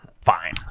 fine